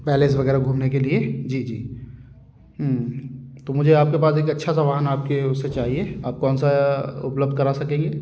palace वग़ैरह घूमने के लिए जी जी तो मुझे आप के पास एक अच्छा सा वाहन आप के ओर से चाहिए आप कौन सा उपलब्ध करा सकेंगे